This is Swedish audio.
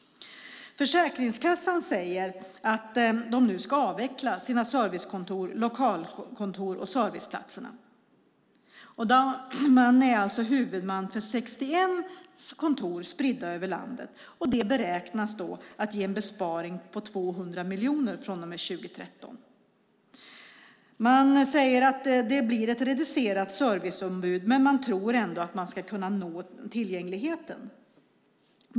Försäkringskassan säger att man nu ska avveckla sina servicekontor, lokalkontor och serviceplatser. Försäkringskassan är för närvarande huvudman för 61 kontor spridda över landet. Detta beräknas ge en besparing på 200 miljoner kronor från och med 2013. Man säger att det blir ett reducerat serviceutbud, men man tror ändå att man ska kunna nå tillgängligheten.